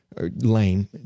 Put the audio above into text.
Lame